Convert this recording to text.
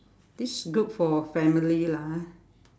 this good for family lah